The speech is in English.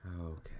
Okay